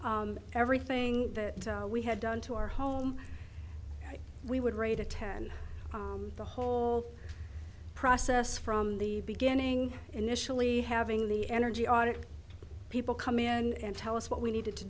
everything that we had done to our home we would rate a ten the whole process from the beginning initially having the energy audit people come in and tell us what we needed to